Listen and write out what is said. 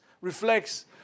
reflects